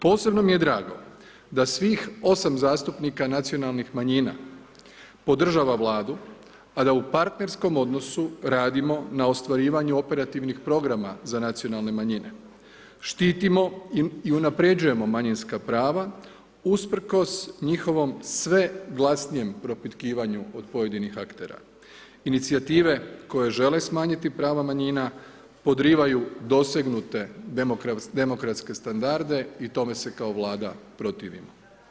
Posebno mi je drago da svih 8 zastupnika nacionalnih manjina podržava Vladu a da u partnerskom odnosu radimo na ostvarivanju operativnih programa za nacionalne manjine, štitimo i unapređujemo manjinska prava usprkos njihovom sve glasnijem propitkivanju od pojedinih aktera, inicijative koje žele smanjiti prava manjina podrivaju dosegnute demokratske standarde i tome se kao Vlada protivimo.